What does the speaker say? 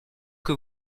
que